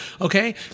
Okay